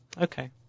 Okay